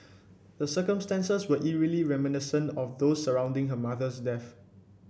the circumstances were eerily reminiscent of those surrounding her mother's death